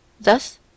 Thus